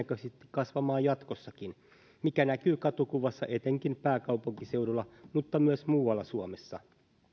kasvamaan jatkossakin mikä näkyy katukuvassa etenkin pääkaupunkiseudulla mutta myös muualla suomessa